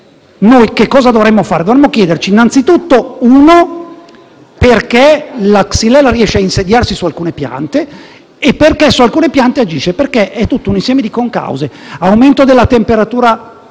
che cosa dovremmo fare? Dovremmo chiederci innanzi tutto perché la xylella riesce a insediarsi su alcune piante e perché su alcune di esse agisce. È tutto un insieme di concause: aumento della temperatura